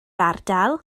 ardal